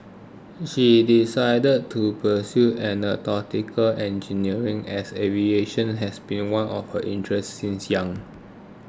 she decided to pursue Aeronautical Engineering as aviation has been one of her interests since young